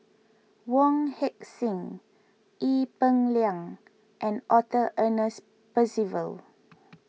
Wong Heck Sing Ee Peng Liang and Arthur Ernest Percival